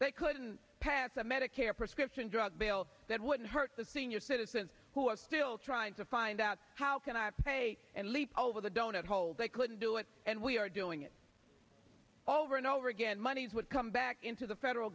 they couldn't cancel medicare prescription drug bill that wouldn't hurt the senior citizens who are still trying to find out how can i pay and leap over the donut hole they couldn't do it and we are doing it all over and over again monies would come back into the federal